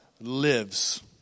lives